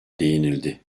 değinildi